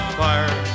fire